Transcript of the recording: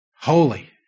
Holy